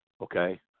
Okay